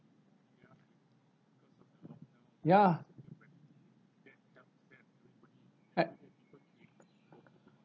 ya eh